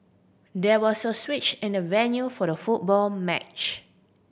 there was a switch in the venue for the football match